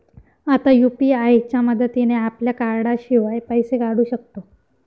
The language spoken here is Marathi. आता यु.पी.आय च्या मदतीने आपल्या कार्डाशिवाय पैसे काढू शकतो